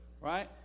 right